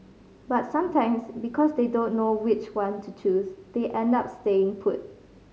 but sometimes because they don't know which one to choose they end up staying put